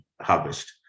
harvest